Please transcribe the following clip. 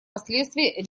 последствий